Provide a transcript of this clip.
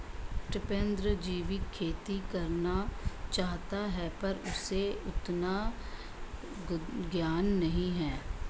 टिपेंद्र जैविक खेती करना चाहता है पर उसे उतना ज्ञान नही है